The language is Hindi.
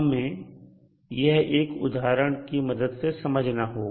हमें यह एक उदाहरण के मदद से समझना होगा